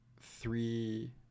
three